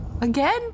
Again